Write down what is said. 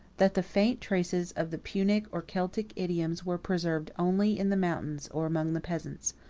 that the faint traces of the punic or celtic idioms were preserved only in the mountains, or among the peasants.